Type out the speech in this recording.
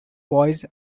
poise